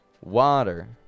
water